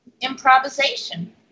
improvisation